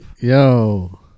Yo